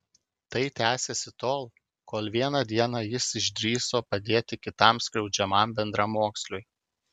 tai tęsėsi tol kol vieną dieną jis išdrįso padėti kitam skriaudžiamam bendramoksliui